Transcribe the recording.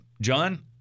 John